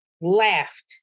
laughed